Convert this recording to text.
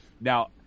now